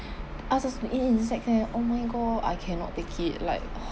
ask us to eat insect eh oh my god I cannot take it like